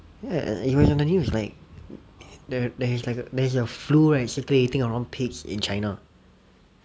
ya err it was on the news like there there is like a there is a flu right circulating around pigs in china